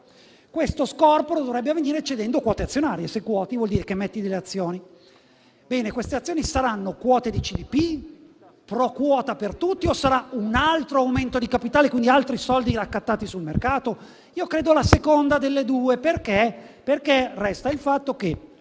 Questo scorporo dovrebbe avvenire cedendo quote azionarie (se quoti vuol dire che metti delle azioni). Bene, queste azioni saranno quote di Cassa depositi e prestiti (*pro quota* per tutti) o sarà un altro aumento di capitale, quindi altri soldi raccattati sul mercato? Io credo la seconda delle due, perché resta il fatto che